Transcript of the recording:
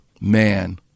man